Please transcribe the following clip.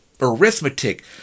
arithmetic